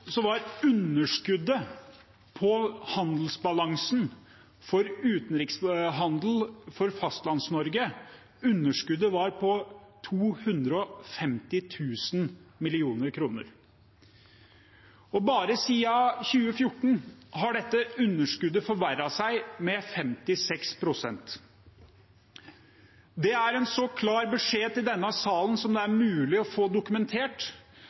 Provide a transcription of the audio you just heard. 2018 var underskuddet på handelsbalansen for Fastlands-Norges utenrikshandel på 250 000 mill. kr. Og bare siden 2014 har dette underskuddet forverret seg med 56 pst. Det er en så klar beskjed til denne sal som det er mulig å få dokumentert,